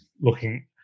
looking